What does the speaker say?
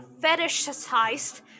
fetishized